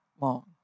long